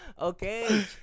Okay